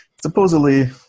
supposedly